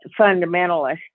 fundamentalist